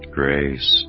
grace